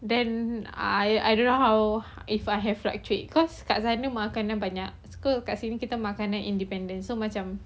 then I I don't know how if I have fluctuate cause kat sana makanan banyak sekarang di sini kita makanan independent so macam